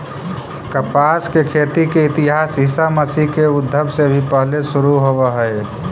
कपास के खेती के इतिहास ईसा मसीह के उद्भव से भी पहिले शुरू होवऽ हई